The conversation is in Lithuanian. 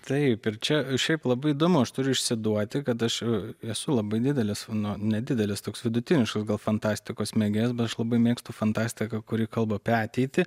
taip ir čia šiaip labai įdomu aš turiu išsiduoti kad aš esu labai didelis nu nedidelis toks vidutiniškas gal fantastikos mėgėjas bet aš labai mėgstu fantastiką kuri kalba apie ateitį